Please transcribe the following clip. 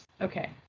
okay